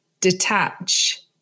detach